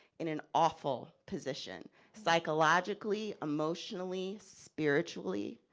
in an awful position. psychologically, emotionally, spiritually.